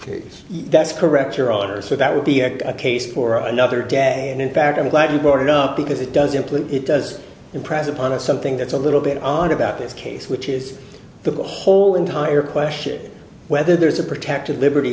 case that's correct your honor so that would be a case for another day and in fact i'm glad you brought it up because it does imply it does impress upon us something that's a little bit odd about this case which is the the whole entire question whether there's a protective liberty